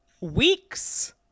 weeks